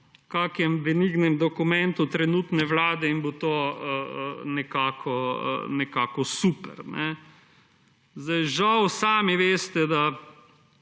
kakšnem benignem dokumentu trenutne vlade, in bo to nekako super. Sami veste, da